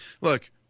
Look